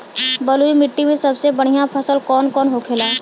बलुई मिट्टी में सबसे बढ़ियां फसल कौन कौन होखेला?